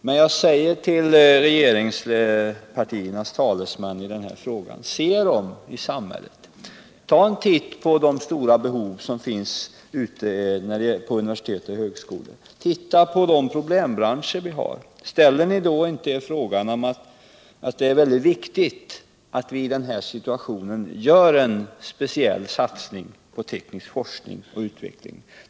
Men jag vill uppmana regeringspartiernas talesmän i denna fråga att se er om i samhället. Ta del av de stora behov som finns på universitet och högskolor! Studera de problembranscher som finns! Jag undrar om ni inte då skulle tycka att det är viktigt att göra en speciell satsning på forskning och utveckling.